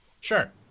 sure